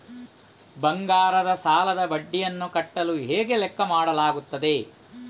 ಬಂಗಾರದ ಸಾಲದ ಬಡ್ಡಿಯನ್ನು ಕಟ್ಟಲು ಹೇಗೆ ಲೆಕ್ಕ ಮಾಡಲಾಗುತ್ತದೆ?